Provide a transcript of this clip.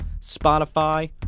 Spotify